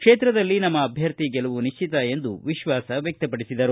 ಕ್ಷೇತ್ರದಲ್ಲಿ ನಮ್ಮ ಅಭ್ಯರ್ಥಿ ಗೆಲುವು ನಿಶ್ಚಿಕ ಎಂದು ವಿಶ್ವಾಸ ವ್ಯಕ್ತಪಡಿಸಿದರು